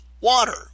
water